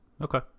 Okay